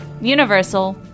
Universal